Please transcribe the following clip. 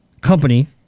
company